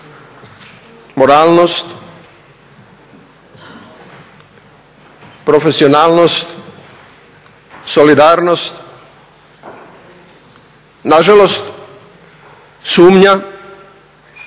moralnost, profesionalnost, solidarnost, nažalost sumnja,